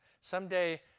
someday